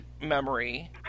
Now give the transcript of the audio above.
memory